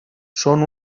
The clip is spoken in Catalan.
són